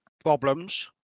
Problems